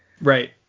right